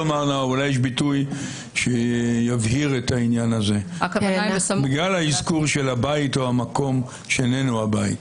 ביטוי שיבהיר את העניין הזה בגלל האזכור של הבית או המקום שאיננו הבית.